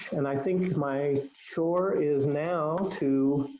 and i think my chore is now to,